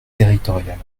territoriales